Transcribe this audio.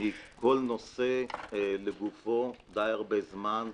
טיפלתי בכל נושא לגופו זמן רב למדי.